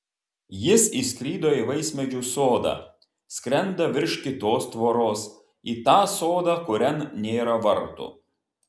jis įskrido į vaismedžių sodą skrenda virš kitos tvoros į tą sodą kurian nėra vartų